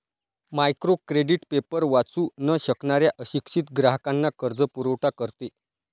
micro credit paper वाचू न शकणाऱ्या अशिक्षित ग्राहकांना कर्जपुरवठा करते